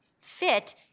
fit